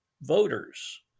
voters